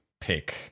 pick